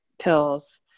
pills